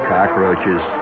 Cockroaches